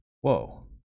whoa